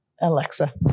alexa